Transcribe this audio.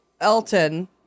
Elton